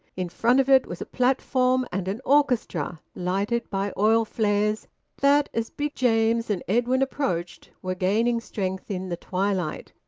in front of it was a platform, and an orchestra, lighted by oil flares that, as big james and edwin approached, were gaining strength in the twilight.